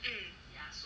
um